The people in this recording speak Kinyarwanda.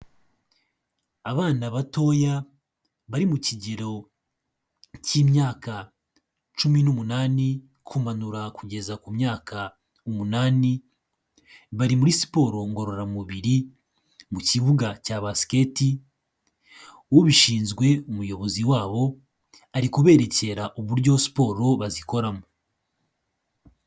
Abana batoya bari mu kigero k'imyaka cumi n'umunani kumanura kugeza ku myaka umunani, bari muri siporo ngororamubiri, mu kibuga cya basiketi ubishinzwe umuyobozi wabo, ari kubererekera uburyo siporo bazikoramo.